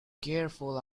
careful